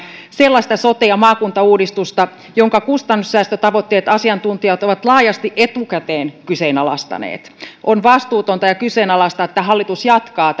sellaista sote ja maakuntauudistusta jonka kustannussäästötavoitteet asiantuntijat ovat laajasti etukäteen kyseenalaistaneet on vastuutonta ja kyseenalaista että hallitus jatkaa